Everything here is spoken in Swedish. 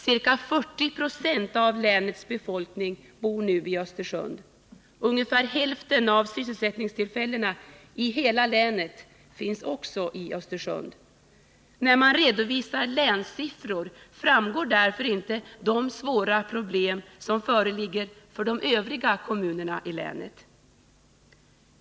Ca 40 Jo av länets befolkning bor nu i Östersund. Ungefär hälften av sysselsättningstillfällena i hela länet finns också i Östersund. När man redovisar länssiffror framgår därför inte de svåra problem som föreligger för de övriga kommunerna i länet.